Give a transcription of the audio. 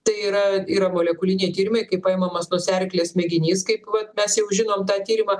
tai yra yra molekuliniai tyrimai kai paimamas nosiaryklės mėginys kaip vat mes jau žinom tą tyrimą